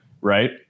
right